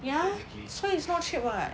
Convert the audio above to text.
ya so it's not cheap [what]